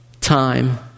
time